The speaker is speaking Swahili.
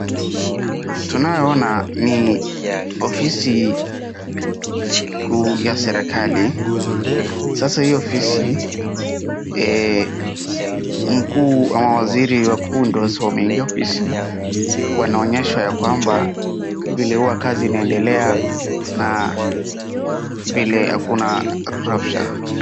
Tunayoona ni ofisi kuu ya serikali, sasa hii ofisi mkuu ama waziri wakuu ndo hasa wameingia ofisis wanaonyeshwa ya kwamba ,vile huwa kazi inaendelea na vile kuna rapsha.